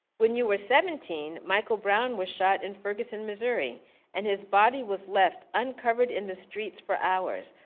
when you were seventeen michael brown was shot in ferguson missouri and his body was left uncovered in the streets for hours,